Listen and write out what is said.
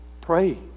Pray